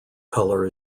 color